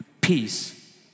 peace